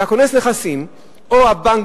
שכונס הנכסים או הבנק,